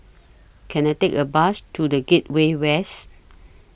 Can I Take A Bus to The Gateway West